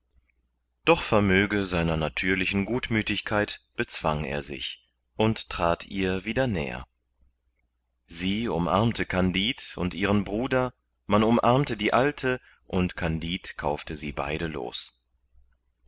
doch vermöge seiner natürlichen gutmüthigkeit bezwang er sich und trat ihr wieder näher sie umarmte kandid und ihren bruder man umarmte die alte und kandid kaufte sie beide los